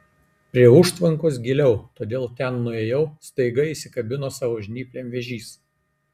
prie užtvankos giliau todėl ten nuėjau staiga įsikabino savo žnyplėm vėžys